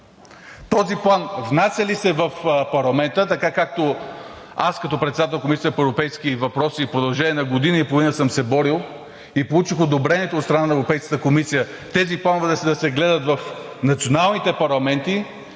Този план внася ли се в парламента, тъй както аз като председател на Комисията по европейски въпроси в продължение на година и половина съм се борил и получих одобрението от страна на Европейската комисия тези планове да се гледат в националните парламенти?